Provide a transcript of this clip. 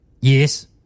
Yes